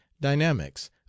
dynamics